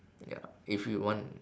ya if you want